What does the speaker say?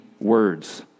words